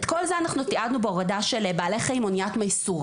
את כל זה אנחנו תיעדנו בהורדה של בעלי חיים מאוניית "מייסורה".